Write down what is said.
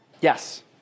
Yes